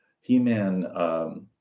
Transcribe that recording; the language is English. He-Man